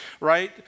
right